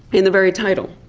in the very title,